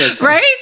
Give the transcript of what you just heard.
Right